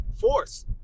force